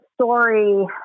story